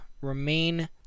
remain